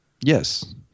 Yes